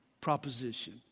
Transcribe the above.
proposition